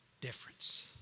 difference